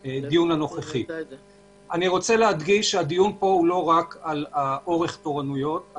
אני רוצה להדגיש שהדיון הוא לא רק על משך תורנות אלא